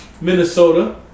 Minnesota